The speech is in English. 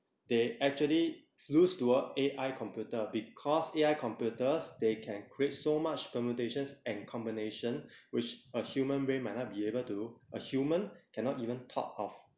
they actually lose to a A_I computer because A_I computers they can create so much permutations and combination which a human brain might not be able to a human cannot even thought of